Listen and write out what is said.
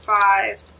Five